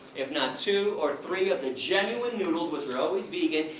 if not two or three of the genuine noodles, which are always vegan.